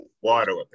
water